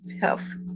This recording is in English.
health